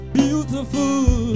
beautiful